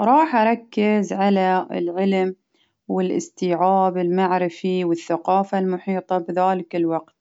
راح أركز على العلم والإستيعاب المعرفي والثقافة المحيطة بذلك الوقت،